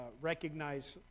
recognize